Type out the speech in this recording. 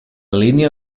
línia